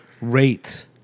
Rate